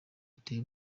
iteye